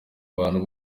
abantu